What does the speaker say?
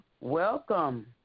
Welcome